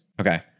Okay